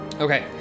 Okay